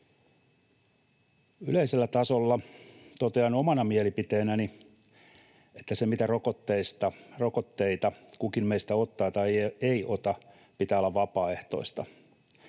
Yleisellä tasolla totean omana mielipiteenäni, että sen, mitä rokotteita kukin meistä ottaa tai ei ota, pitää olla vapaaehtoista